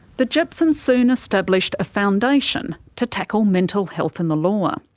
the jepsons soon established a foundation to tackle mental health in the law.